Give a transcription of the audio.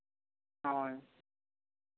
ᱦᱳᱭ